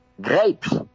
Grapes